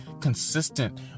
consistent